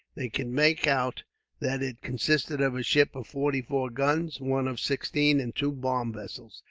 they could make out that it consisted of a ship of forty-four guns, one of sixteen, and two bomb vessels,